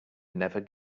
never